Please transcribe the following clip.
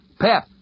Pep